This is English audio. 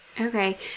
Okay